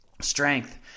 strength